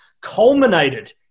culminated